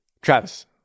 Travis